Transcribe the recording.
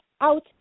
out